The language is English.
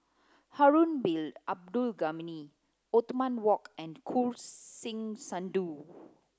Harun Bin Abdul Ghani Othman Wok and Choor Singh Sidhu